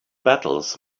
battles